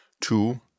Two